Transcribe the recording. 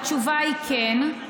התשובה היא כן.